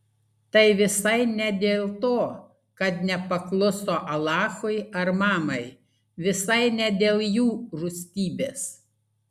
tai visai ne dėl to kad nepakluso alachui ar mamai visai ne dėl jų rūstybės